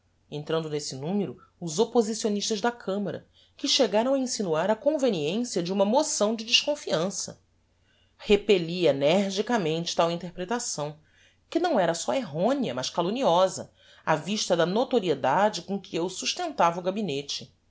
entrando nesse numero os opposicionistas da camara que chegaram a insinuar a conveniencia de uma moção de desconfiança repelli energicamente tal interpretação que não era só erronea mas calumniosa á vista da notoriedade com que eu sustentava o gabinete